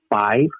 five